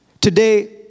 Today